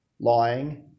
lying